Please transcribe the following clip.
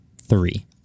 three